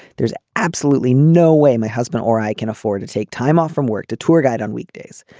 there's absolutely no way my husband or i can afford to take time off from work to tour guide on weekdays.